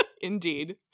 Indeed